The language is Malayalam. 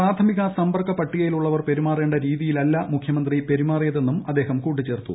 പ്രാഥമിക സമ്പർക്കപ്പട്ടികയിലുള്ളവർ പെരുമാറേണ്ട രീതിയിലല്ല മുഖ്യമന്ത്രി പെരുമാറിയതെന്നും അദ്ദേഹം കൂട്ടിച്ചേർത്തു